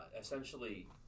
essentially